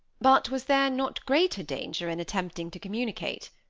but was there not greater danger in attempting to communicate?